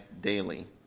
daily